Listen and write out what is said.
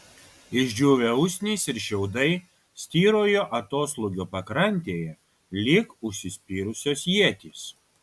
išdžiūvę usnys ir šiaudai styrojo atoslūgio pakrantėje lyg užsispyrusios ietys